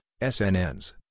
SNNs